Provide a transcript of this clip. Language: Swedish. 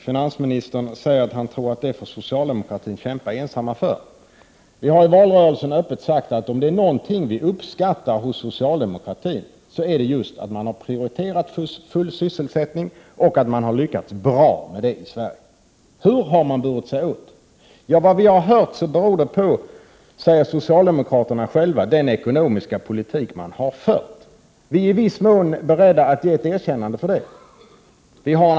Finansministern säger att han tror att socialdemokratin ensam får kämpa för full sysselsättning. Vi har i valrörelsen öppet sagt att om det är någonting vi uppskattar hos socialdemokratin, så är det just att man har prioriterat full sysselsättning och att man har lyckats bra med det i Sverige. Hur har man burit sig åt? Att man har lyckats beror på — det säger socialdemokraterna själva — den ekonomiska politik man har fört. Vi är i viss mån beredda att ge ett erkännande för det.